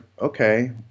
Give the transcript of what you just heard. okay